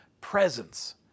presence